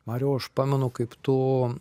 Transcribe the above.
mariau aš pamenu kaip tu